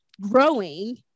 growing